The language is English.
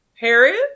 Harriet